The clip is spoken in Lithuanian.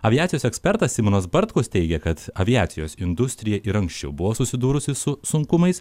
aviacijos ekspertas simonas bartkus teigė kad aviacijos industrija ir anksčiau buvo susidūrusi su sunkumais